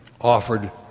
offered